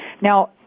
Now